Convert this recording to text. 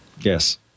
Yes